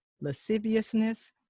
lasciviousness